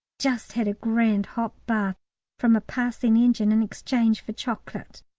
just had a grand hot bath from a passing engine in exchange for chocolate.